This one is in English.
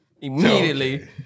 immediately